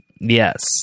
Yes